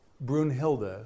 Brunhilde